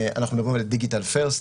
אנחנו מדברים על "Digital first",